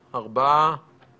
טכנולוגיות לאיתור מגעים לא יאספו,